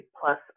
plus